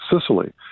Sicily